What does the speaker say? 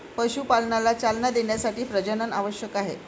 पशुपालनाला चालना देण्यासाठी प्रजनन आवश्यक आहे